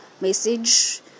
message